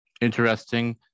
interesting